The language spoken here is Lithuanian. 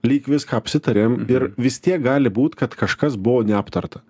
lyg viską apsitarėm ir vis tiek gali būt kad kažkas buvo neaptarta